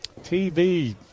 TV